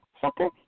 Sucker